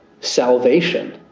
salvation